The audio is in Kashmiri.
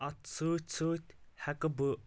اتھ سۭتۍ سۭتۍ ہٮ۪کہٕ بہٕ